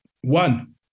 One